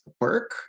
work